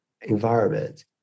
environment